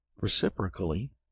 reciprocally